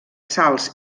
sals